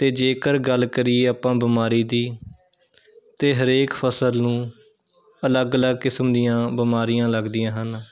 ਅਤੇ ਜੇਕਰ ਗੱਲ ਕਰੀਏ ਆਪਾਂ ਬਿਮਾਰੀ ਦੀ ਤਾਂ ਹਰੇਕ ਫਸਲ ਨੂੰ ਅਲੱਗ ਅਲੱਗ ਕਿਸਮ ਦੀਆਂ ਬਿਮਾਰੀਆਂ ਲੱਗਦੀਆਂ ਹਨ